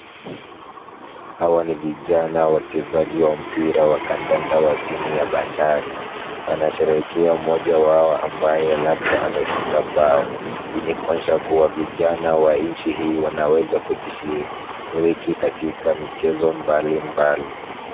Hawa ni vijana wachezaji wa mpira wa kandanda wa timu ya Bandari. Wanasherekea mmoja wao ambaye labda amefunga bao. Hii ni kuonyesha kuwa vijana wa nchi hii wanaweza kujishiriki katika michezo mbalimbali.